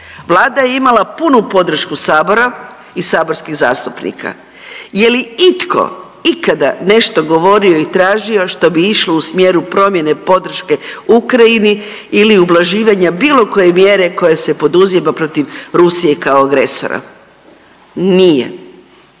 Vlada je imala punu podršku Sabora i saborskih zastupnika. Je li itko ikada nešto govorio i tražio, a što bi išlo u smjeru promjene podrške Ukrajini ili ublaživanja bilo koje mjere koje se poduzima protiv Rusije kao agresora? Nije.